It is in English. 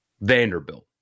Vanderbilt